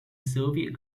soviet